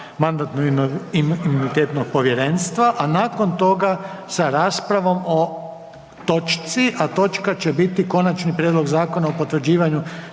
Mandatno-imunitetnog povjerenstva, a nakon toga sa raspravom o točci, a točka će biti Konačni prijedlog Zakona o potvrđivanju